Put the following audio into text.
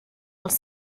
els